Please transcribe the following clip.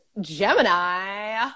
Gemini